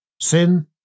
Sin